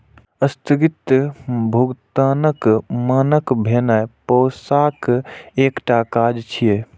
स्थगित भुगतानक मानक भेनाय पैसाक एकटा काज छियै